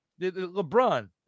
LeBron